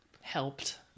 helped